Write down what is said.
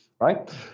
right